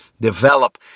develop